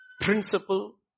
Principle